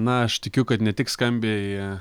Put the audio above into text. na aš tikiu kad ne tik skambiai